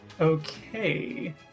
Okay